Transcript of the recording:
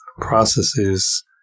processes